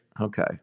Okay